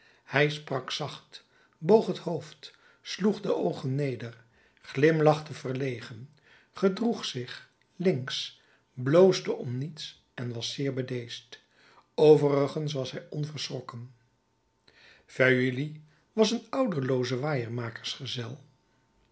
hij sprak zacht boog het hoofd sloeg de oogen neder glimlachte verlegen gedroeg zich links bloosde om niets en was zeer bedeesd overigens was hij onverschrokken feuilly was een ouderlooze